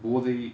போதை:bothai